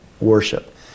worship